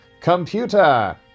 Computer